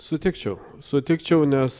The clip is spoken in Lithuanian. sutikčiau sutikčiau nes